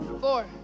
four